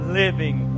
living